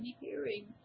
hearing